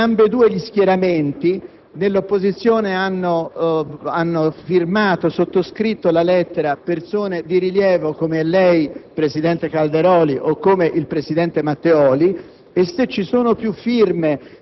in ambedue gli schieramenti. Nell'opposizione hanno sottoscritto la lettera persone di rilievo, come lei, presidente Calderoli, o come il presidente Matteoli.